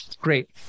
great